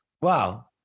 Wow